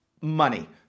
Money